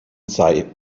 sei